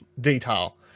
detail